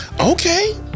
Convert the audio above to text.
Okay